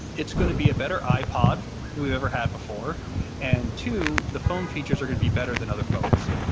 it's going to be a better ipod than we've ever had before and two, the phone features are going to be better than other phones.